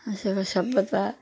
সভ্যতা